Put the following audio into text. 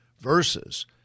versus